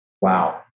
Wow